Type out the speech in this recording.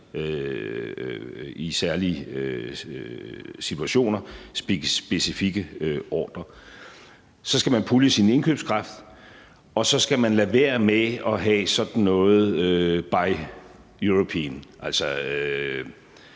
i særlige situationer. Så skal man pulje sin indkøbskraft, og så skal man lade være med at have sådan noget som Buy European.